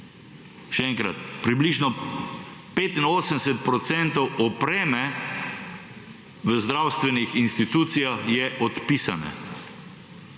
Še enkrat, približno 85 % opreme v zdravstvenih institucijah je odpisane,